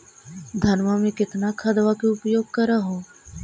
धानमा मे कितना खदबा के उपयोग कर हू?